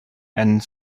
and